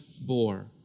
bore